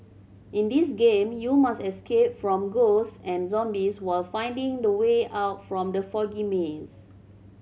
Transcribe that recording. in this game you must escape from ghost and zombies while finding the way out from the foggy maze